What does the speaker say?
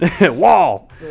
Wall